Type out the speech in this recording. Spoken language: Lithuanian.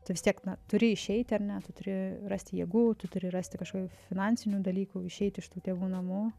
tai vis tiek turi išeiti ar ne tu turi rasti jėgų turi rasti kažkokių finansinių dalykų išeiti iš tų tėvų namų